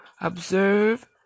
observe